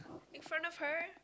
in front of her